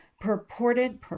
purported